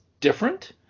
different